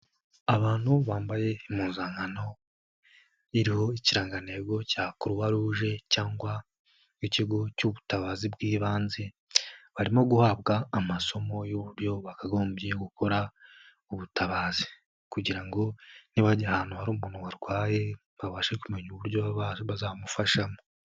Abantu bambaye impuzankano ririho ikirangantego cya kururwa ruje cyangwa nk'ikigo cy'ubutabazi bw'ibanze, barimo guhabwa amasomo y'uburyo bakagombye gukora ubutabazi, kugira ngo ni bajya ahantu hari umuntu warwaye babashe kumenya uburyo bazamufashamo.